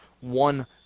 One